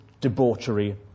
debauchery